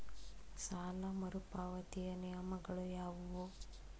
ಸಾಲ ಮರುಪಾವತಿಯ ನಿಯಮಗಳು ಯಾವುವು?